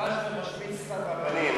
חבל שאתה משמיץ סתם רבנים.